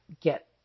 get